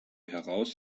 heraus